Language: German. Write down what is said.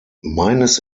meines